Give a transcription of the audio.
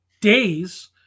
days